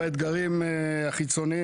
ולגבי החקירות,